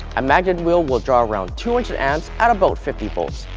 a magnet wheel will draw around two hundred amps at about fifty volts,